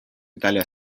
italia